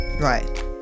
Right